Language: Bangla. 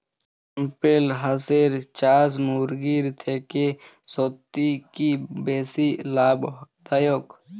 ক্যাম্পবেল হাঁসের চাষ মুরগির থেকে সত্যিই কি বেশি লাভ দায়ক?